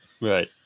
right